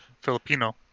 Filipino